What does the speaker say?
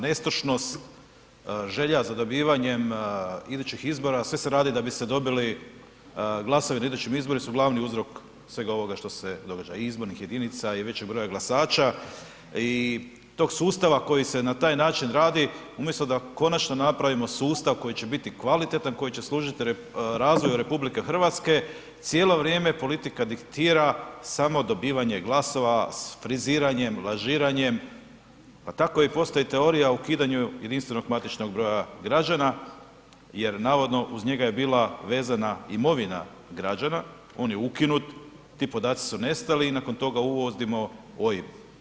Nestašnost, želja za dobivanjem idućih izbora, sve se radi da bi se dobili glasovi na idućim izborima su glavni uzrok svega ovoga što se događa i izbornih jedinica i većeg broja glasača i tog sustava koji se na taj način radi, umjesto da konačno napravimo sustav koji će biti kvalitetan, koji će služiti razvoju RH, cijelo vrijeme politika diktira samo dobivanje glasova, friziranjem, lažiranjem, pa tako i postoji teorija o ukidanju JMBG-a jer navodno uz njega je bila vezana imovina građana, on je ukinut, ti podaci su nestali i nakon toga uvodimo OIB.